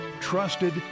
trusted